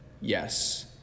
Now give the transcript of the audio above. yes